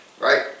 right